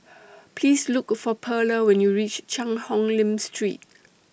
Please Look For Perla when YOU REACH Cheang Hong Lim Street